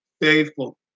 faithful